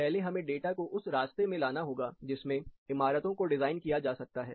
पहले हमें डाटा को उस रास्ते में लाना होगा जिसमें इमारतों को डिज़ाइन किया जा सकता है